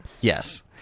yes